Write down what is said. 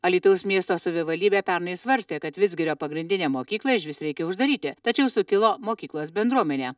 alytaus miesto savivaldybė pernai svarstė kad vidzgirio pagrindinę mokyklą išvis reikia uždaryti tačiau sukilo mokyklos bendruomenė